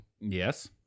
Yes